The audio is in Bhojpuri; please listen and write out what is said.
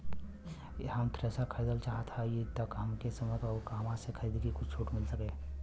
हम थ्रेसर खरीदल चाहत हइं त कवने समय अउर कहवा से खरीदी की कुछ छूट मिल सके?